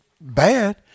bad